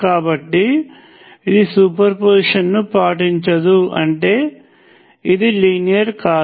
కాబట్టి ఇది సూపర్పొజిషన్ను పాటించదు అంటే అది లీనియర్ కాదు